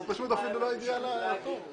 הוא פשוט לא הגיע לכאן.